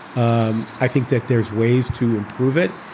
um i think that there's ways to improve it.